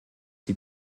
sie